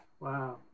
Wow